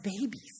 babies